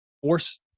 force